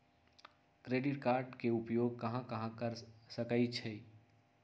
Credit card के उपयोग कहां कहां कर सकईछी?